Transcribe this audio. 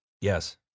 Yes